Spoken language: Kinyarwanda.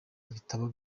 ibitabo